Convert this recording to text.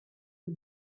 the